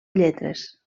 lletres